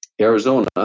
Arizona